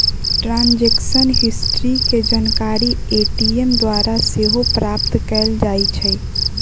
transaction history के जानकारी ATM द्वारा सेहो प्राप्त कएल जाइ छइ